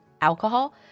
alcohol